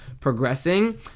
progressing